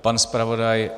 Pan zpravodaj.